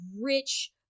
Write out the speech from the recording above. rich